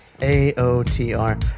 A-O-T-R